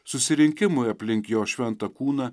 susirinkimui aplink jo šventą kūną